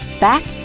back